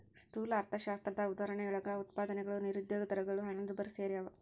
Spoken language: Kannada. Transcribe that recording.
ಸ್ಥೂಲ ಅರ್ಥಶಾಸ್ತ್ರದ ಉದಾಹರಣೆಯೊಳಗ ಉತ್ಪಾದನೆಗಳು ನಿರುದ್ಯೋಗ ದರಗಳು ಹಣದುಬ್ಬರ ಸೆರ್ಯಾವ